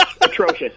Atrocious